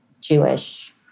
Jewish